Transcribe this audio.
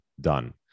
done